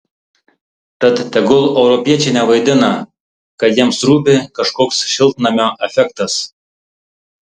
tad tegul europiečiai nevaidina kad jiems rūpi kažkoks šiltnamio efektas